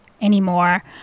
anymore